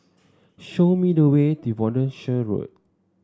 show me the way Devonshire Road